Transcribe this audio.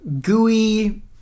gooey